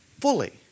fully